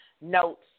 notes